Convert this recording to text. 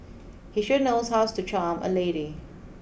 he sure knows how's to charm a lady